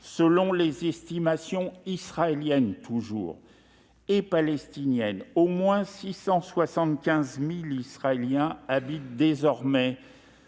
Selon les estimations israéliennes et palestiniennes, au moins 675 000 Israéliens habitent aujourd'hui